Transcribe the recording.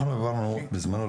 אנחנו העברנו בזמנו,